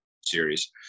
series